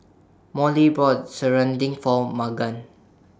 Molly brought Serunding For Magan